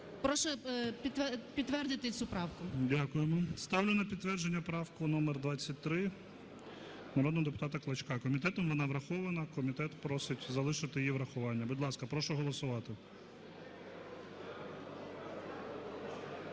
Прошу підтвердити цю правку. ГОЛОВУЮЧИЙ. Дякуємо. Ставлю на підтвердження правку номер 23 народного депутата Клочка. Комітетом вона врахована, комітет просить залишити її врахування. Будь ласка, прошу голосувати.